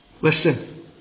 Listen